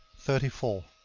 thirty four.